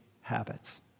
habits